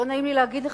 לא נעים לי להגיד לך,